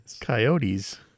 coyotes